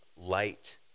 light